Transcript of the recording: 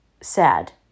sad